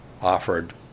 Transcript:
offered